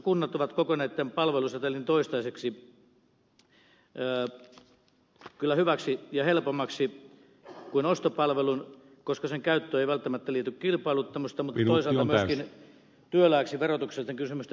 kunnat ovat kokeneet tämän palvelusetelin toistaiseksi kyllä hyväksi ja helpommaksi kuin ostopalvelun koska sen käyttöön ei välttämättä liity kilpailuttamista mutta toisaalta myöskin työlääksi verotuksellisten kysymysten vuoksi